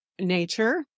nature